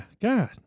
God